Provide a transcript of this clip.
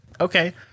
okay